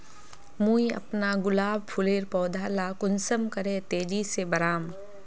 मुई अपना गुलाब फूलेर पौधा ला कुंसम करे तेजी से बढ़ाम?